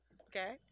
Okay